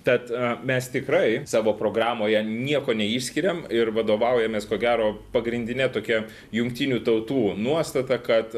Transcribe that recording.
tad mes tikrai savo programoje nieko neišskiriam ir vadovaujamės ko gero pagrindine tokia jungtinių tautų nuostata kad